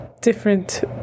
different